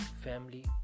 family